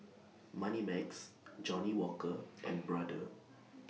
Moneymax Johnnie Walker and Brother